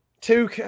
Two